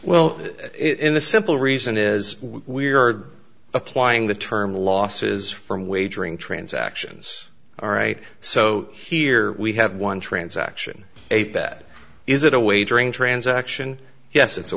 well in the simple reason is we are applying the term losses from wagering transactions all right so here we have one transaction eight that is it a wagering transaction yes it's a